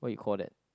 what you call that